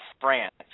france